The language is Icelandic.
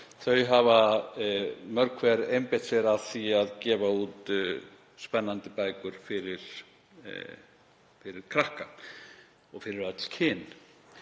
hafa mörg hver einbeitt sér að því að gefa út spennandi bækur fyrir krakka, fyrir öll kyn,